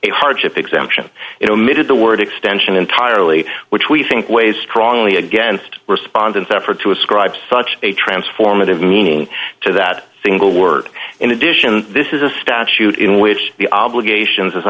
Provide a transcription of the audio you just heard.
a hardship exemption it omitted the word extension entirely which we think weighs strongly against respondents effort to ascribe such a transformative meaning to that single word in addition this is a statute in which the obligations as